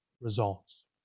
results